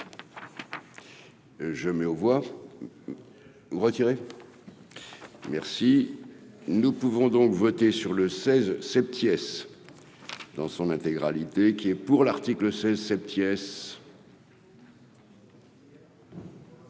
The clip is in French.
Je mets au voir retirer. Merci, nous pouvons donc voter sur le seize Sepp Thiès dans son intégralité, qui est pour l'article 16 septs